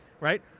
right